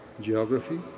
geography